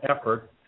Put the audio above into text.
effort